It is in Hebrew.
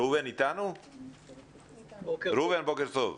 ראובן בוקר טוב.